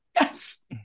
Yes